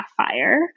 Sapphire